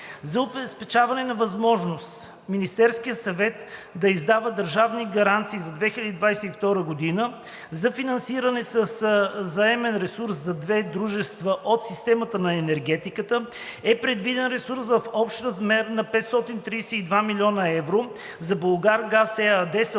За обезпечаване на възможност Министерският съвет да издава държавни гаранции през 2022 г. за финансиране със заемен ресурс за две дружества от системата на енергетиката е предвиден ресурс в общ размер на 532 млн. евро (за „Булгаргаз“ ЕАД съответно